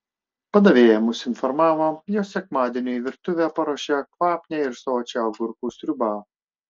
padavėja mus informavo jog sekmadieniui virtuvė paruošė kvapnią ir sočią agurkų sriubą